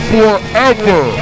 Forever